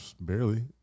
Barely